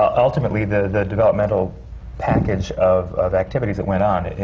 ultimately, the developmental package of of activities that went on.